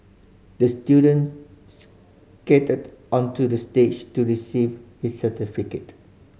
the student skated onto the stage to receive his certificate